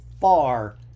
far